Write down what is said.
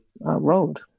road